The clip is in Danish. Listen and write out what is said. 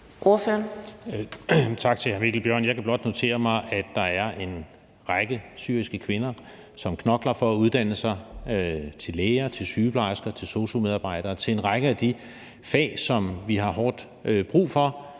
Tak til hr. Mikkel Bjørn. Jeg kan blot notere mig, at der er en række syriske kvinder, som knokler for at uddanne sig til læger, til sygeplejersker, til sosu-medarbejdere, til en række af de fag, som vi har hårdt brug for,